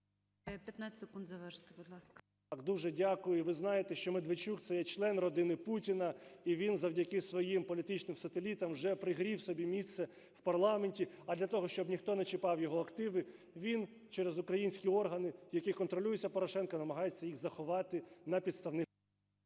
15 секунд завершити, будь ласка. ЛЕЩЕНКО С.А. Дуже дякую. Ви знаєте, що Медведчук це є член родини Путіна, і він завдяки своїм політичним сателітам вже пригрів собі місце в парламенті. А для того, щоб ніхто не чіпав його активи, він через українські органи, які контролюються Порошенком, намагається їх заховати на підставних…